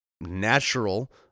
natural